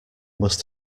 must